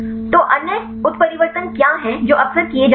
तो अन्य उत्परिवर्तन क्या हैं जो अक्सर किए जाते हैं